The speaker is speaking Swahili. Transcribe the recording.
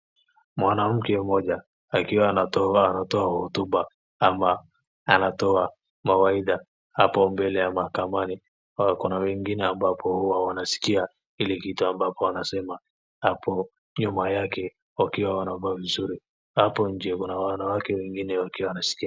Mwanamke mmoja akiwa anatoa hotuba ama anatoa mawaidha hapo mbele ya mahakamani, wako na wengine ambapo huwa wanasikia ile kitu ambapo wanasema hapo nyuma yake wakiwa wanavaa vizuri. Hapo nje kuna wanawake wengine wakiwa wanasikia.